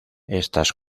estas